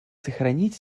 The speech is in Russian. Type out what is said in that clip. сохранить